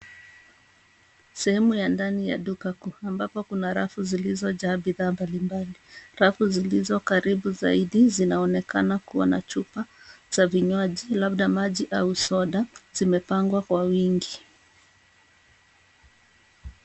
Sehemu ya ndani ya duka ambapo kuna rafu zilizojaa bidhaa mbalimbali. Rafu zilizo karibu zaidi zinaonekana kuwa na chupa za vinywaji. Labda maji au soda zimepangwa kwa wingi.